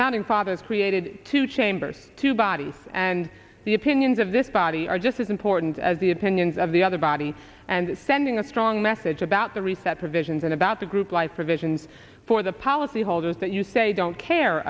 founding fathers created two chambers two bodies and the opinions of this body are just as important as the opinions of the other body and sending a strong message about the reset provisions and about the group life provisions for the policyholders that you say don't care